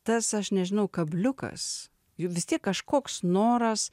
tas aš nežinau kabliukas juk vis tiek kažkoks noras